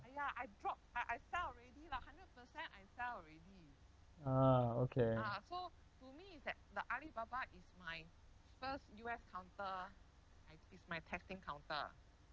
a'ah okay